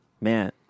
Man